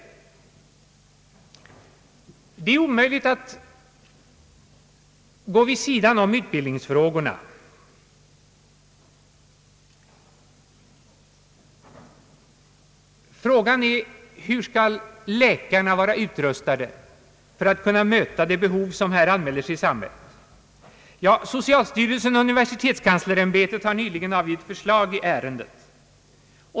Det är omöjligt att gå vid sidan av utbildningsfrågorna. Hur skall läkarna vara utrustade för att kunna möta de behov som här anmäler sig i samhället? Ja, socialstyrelsen och universitetskanslersämbetet har nyligen avgivit förslag i ärendet.